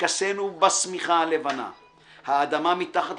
התכסינו בשמיכה הלבנה// האדמה מתחת